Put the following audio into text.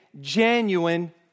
genuine